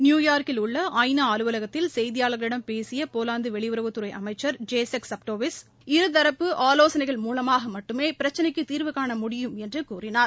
நியூயார்க்கில் உள்ள ஐ நா அலுவலகத்தில் செய்தியாளர்களிடம் பேசிய போலந்து வெளியுறவுத்துறை அமைச்சர் ஜெசக் கஃபுடோவிஸ் இருதரப்பு ஆலோசனைகள் மூலமாக மட்டுமே பிரச்சினைக்கு தீர்வுகாண முடியும் என்று கூறினார்